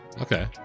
Okay